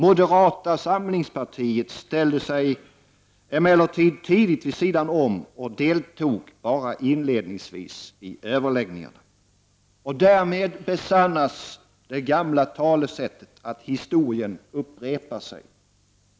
Moderata samlingspartiet ställde sig emellertid tidigt vid sidan om och deltog bara inledningsvis i överläggningarna. Därmed besannades det gamla talesättet att historien upprepar sig.